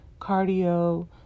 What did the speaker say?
cardio